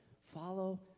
follow